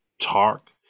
talk